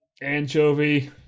Anchovy